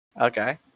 Okay